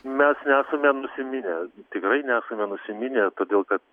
mes nesame nusiminę tikrai nesame nusiminę todėl kad